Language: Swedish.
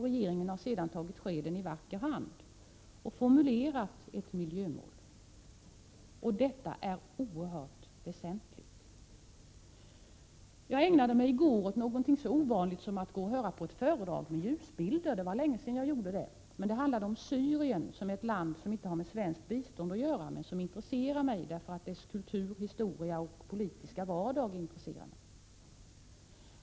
Regeringen har sedan tagit skeden i vacker hand och formulerat ett miljömål — och detta är oerhört väsentligt. Jag ägnade mig i går åt någonting så ovanligt som att höra på ett föredrag med ljusbilder — det var länge sedan jag gjorde det. Nu handlade det om Syrien, ett land som inte har med svenskt bistånd att göra men vars kultur, historia och politiska vardag intresserar mig.